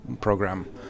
program